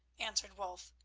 answered wulf,